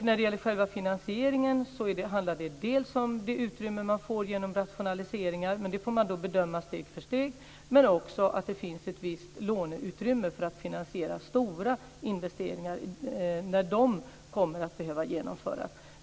När det gäller själva finansieringen handlar det dels om det utrymme man får genom rationaliseringar - det får man bedöma steg för steg - dels om att det finns ett visst låneutrymme för att finansiera stora investeringar när de kommer att behöva genomföras.